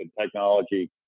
technology